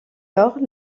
lors